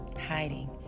hiding